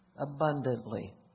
Abundantly